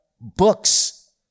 books